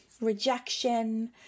rejection